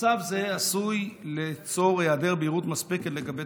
מצב זה עשוי ליצור היעדר בהירות מספקת לגבי